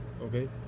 Okay